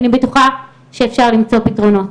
אני בטוחה שאפשר למצוא פתרונות.